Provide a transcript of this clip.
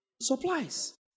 supplies